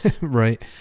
Right